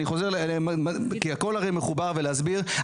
אני חוזר כי הכל הרי מחובר ולהסביר,